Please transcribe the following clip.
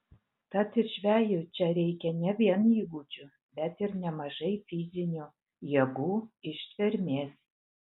tad ir žvejui čia reikia ne vien įgūdžių bet ir nemažai fizinių jėgų ištvermės